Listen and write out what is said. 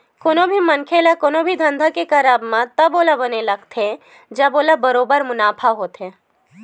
कोनो भी मनखे ल कोनो भी धंधा के करब म तब ओला बने लगथे जब ओला बरोबर मुनाफा होथे